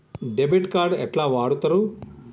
Debit card ఎట్లా వాడుతరు?